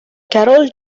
carol